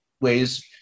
ways